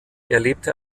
erlebte